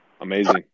Amazing